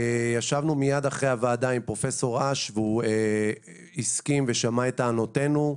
אתמול ישבנו אחרי הוועדה עם פרופ' אש ששמע את טענותינו.